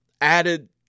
added